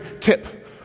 tip